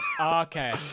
Okay